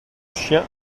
chien